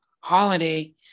holiday